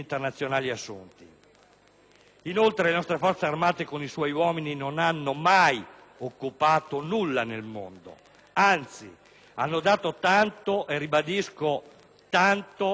Inoltre, le nostre Forze armate, con i loro uomini, non hanno mai occupato nulla nel mondo; anzi, hanno dato tanto, e le affermazioni